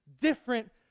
different